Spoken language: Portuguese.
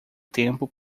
tempo